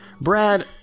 brad